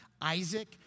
Isaac